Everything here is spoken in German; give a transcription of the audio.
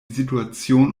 situation